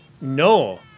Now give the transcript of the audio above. No